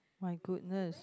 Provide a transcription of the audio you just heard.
my goodness